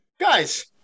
Guys